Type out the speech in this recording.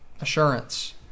assurance